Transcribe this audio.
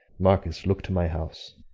marcus, look to my house.